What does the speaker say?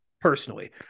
Personally